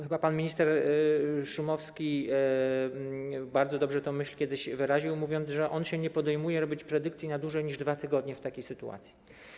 Chyba pan minister Szumowski bardzo dobrze tę myśl kiedyś wyraził, mówiąc, że on się nie podejmuje robić predykcji na czas dłuższy niż 2 tygodnie w takiej sytuacji.